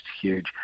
huge